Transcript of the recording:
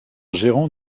gérant